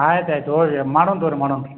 ಆಯ್ತು ಆಯ್ತು ತೊಗೊಳ್ರಿ ಮಾಡೋನ್ ತೊಗೊರಿ ಮಾಡೋಣ್ರ್